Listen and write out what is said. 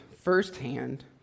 firsthand